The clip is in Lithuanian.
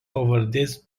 pavardės